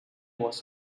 was